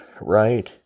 right